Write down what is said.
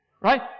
Right